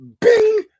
Bing